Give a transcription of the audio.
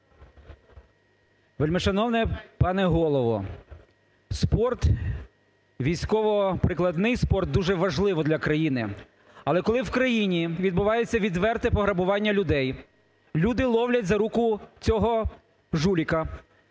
Вельмишановний пане Голово, спорт, військово-прикладний спорт дуже важливо для країни. Але коли в країні відбувається відверте пограбування людей, люди ловлять за руку цього жулика.